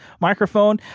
microphone